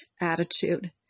attitude